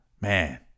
man